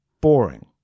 boring